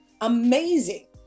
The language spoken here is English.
amazing